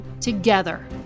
together